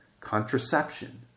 Contraception